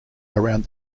around